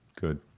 good